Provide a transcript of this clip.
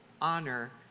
honor